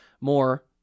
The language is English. more